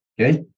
Okay